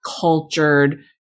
cultured